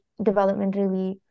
developmentally